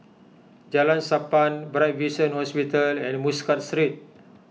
Jalan Sappan Bright Vision Hospital and Muscat Street